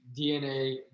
DNA